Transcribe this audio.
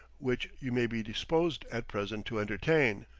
which you may be disposed at present to entertain.